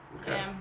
Okay